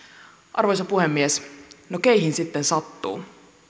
arvoisa puhemies no keihin sitten sattuu